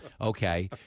okay